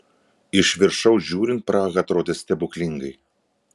iš viršaus žiūrint praha atrodė stebuklingai